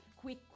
quick